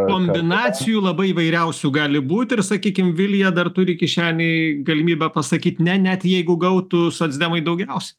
kombinacijų labai įvairiausių gali būti ir sakykim vilija dar turi kišenėj galimybę pasakyti ne net jeigu gautų socdemai daugiausia